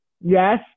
Yes